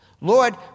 Lord